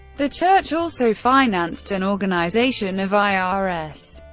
the church also financed an organization of i r s.